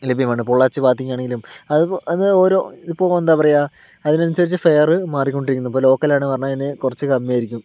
ലഭ്യമാണ് പൊള്ളാച്ചി ഭാഗത്തേക്കാണെങ്കിലും അതിപ്പോൾ അത് ഓരോ ഇപ്പോൾ എന്താണ് പറയുക അതിനനുസരിച്ച് ഫെയർ മാറിക്കൊണ്ടിരിക്കുന്നു ഇപ്പോൾ ലോക്കൽ ആണെന്ന് പറഞ്ഞ് കഴിഞ്ഞാൽ കുറച്ച് കമ്മി ആയിരിക്കും